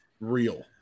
real